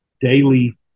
daily